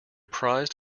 prized